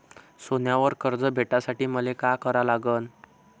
सोन्यावर कर्ज भेटासाठी मले का करा लागन?